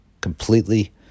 Completely